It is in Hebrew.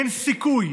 אין סיכוי